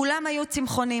כולם היו צמחונים.